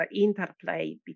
interplay